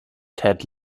ted